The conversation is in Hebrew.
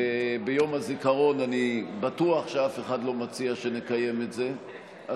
ואני בטוח שאף אחד לא מציע שנקיים את זה ביום הזיכרון,